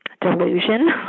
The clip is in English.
delusion